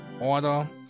order